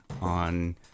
on